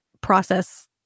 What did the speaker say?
process